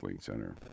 center